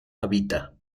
habita